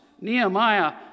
Nehemiah